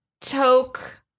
Toke